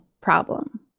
problem